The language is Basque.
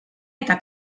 eta